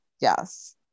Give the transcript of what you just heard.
yes